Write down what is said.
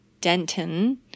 Denton